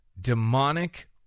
Demonic